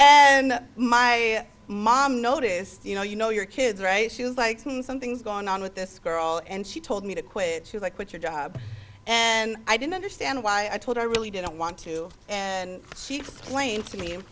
and my mom noticed you know you know your kids right shoes like something's going on with this girl and she told me to quit like quit your job and i didn't understand why i told her i really didn't want to and she explained to me